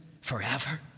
forever